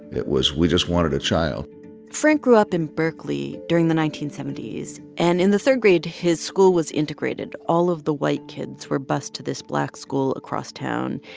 it was we just wanted a child frank grew up in berkeley during the nineteen seventy s. and in the third grade, his school was integrated. all of the white kids were bused to this black school across town.